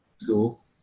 school